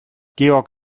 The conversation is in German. georg